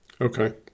Okay